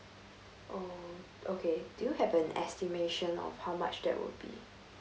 oh okay do you have an estimation of how much that will be